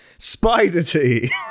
Spider-tea